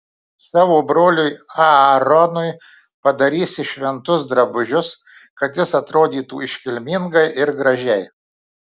savo broliui aaronui padarysi šventus drabužius kad jis atrodytų iškilmingai ir gražiai